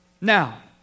Now